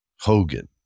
Hogan